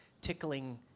tickling